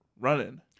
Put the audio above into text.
running